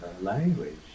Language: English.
language